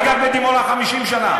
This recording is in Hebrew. אני גר בדימונה 50 שנה.